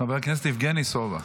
חבר הכנסת יבגני סובה.